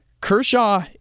Kershaw